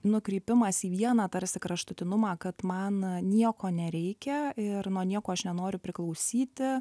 nukrypimas į vieną tarsi kraštutinumą kad man nieko nereikia ir nuo nieko aš nenoriu priklausyti